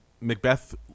Macbeth